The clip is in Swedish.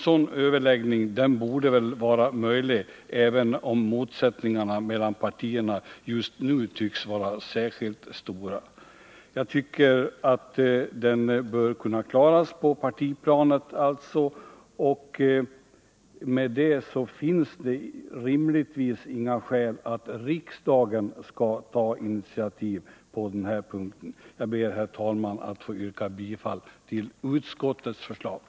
Sådana överläggningar borde vara möjliga, även om motsättningarna mellan partierna just nu tycks vara särskilt stora. De bör kunna klaras av på partiplanet. Därför finns det rimligtvis inga skäl för riksdagen att ta initiativ på denna punkt. Jag ber, herr talman, att få yrka bifall till utskottets hemställan.